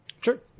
Sure